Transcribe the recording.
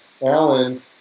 Alan